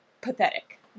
pathetic